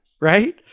right